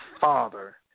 father